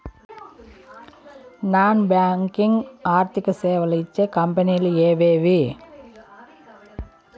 Non banking ఆర్థిక సేవలు ఇచ్చే కంపెని లు ఎవేవి?